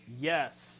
Yes